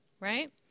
right